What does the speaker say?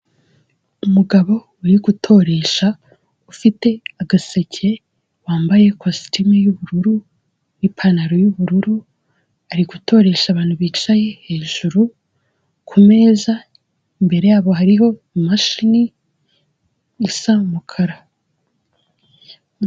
Umugabo uri gutoresha ufite agaseke, wambaye ikositimu y'ubururu n'ipantaro y'ubururu, ari gutoresha abantu bicaye hejuru ku meza, imbere yabo hariho imashini isa umukara.